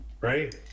right